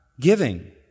giving